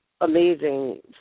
amazing